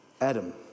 Adam